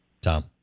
Tom